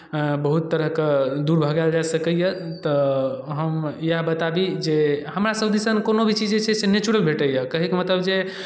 बहुत तरहक दूर भगायल जा सकैए तऽ हम इएह बता दी जे हमरासभ दिस एहन कोनो भी चीज जे छै से नेचुरल भेटैए कहैके मतलब जे